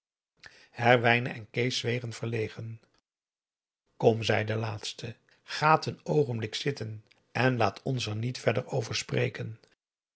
herwijnen en kees zwegen verlegen kom zei de laatste gaat een oogenblik zitten en laat ons er niet verder over spreken